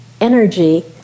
energy